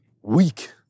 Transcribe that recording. weak